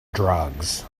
drugs